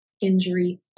Injury